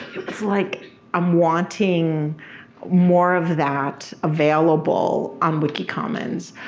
it's like i'm wanting more of that available on wiki commons.